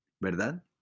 ¿Verdad